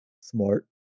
Smart